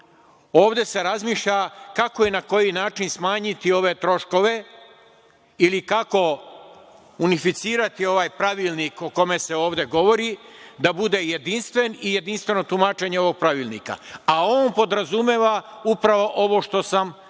ovde se razmišlja kako i na koji način smanjiti ove troškove ili kako unficirati ovaj pravilnik o kome se ovde govori da bude jedinstven i jedinstveno tumačenje ovog pravilnika, a on podrazumeva upravo ovo što sam i rekao.